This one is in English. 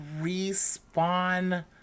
respawn